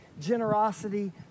generosity